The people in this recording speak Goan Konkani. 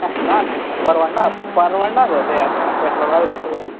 येंह ना ना परवाडना परवाडना गो तें आतां पॅट्रॉलाक बी चड लाग